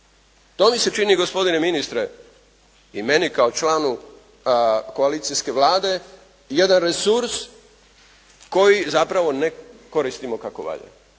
To mi se čini gospodine ministre i meni kao članu koalicijske Vlade jedan resurs koji zapravo ne koristimo kako valja,